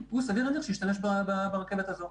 סביר להניח שהוא ישתמש ברכבת הזו.